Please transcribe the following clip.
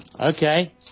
Okay